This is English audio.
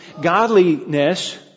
godliness